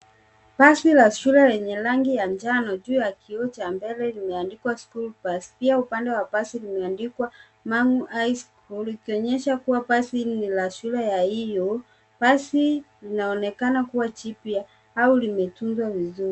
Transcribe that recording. Basi la shule lenye rangi ya njano juu ya kioo cha mbele limeandikwa School Bus . Pia upande wa basi limeandikwa Mangu high school ikionyesha kuwa basi ni la shule ya hiyo. Basi linaonekana kuwa jipya au limetunzwa vizuri.